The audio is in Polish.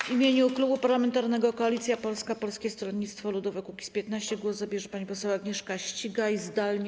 W imieniu Klubu Parlamentarnego Koalicja Polska - Polskie Stronnictwo Ludowe - Kukiz15 głos zabierze pani poseł Agnieszka Ścigaj, zdalnie.